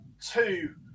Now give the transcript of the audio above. two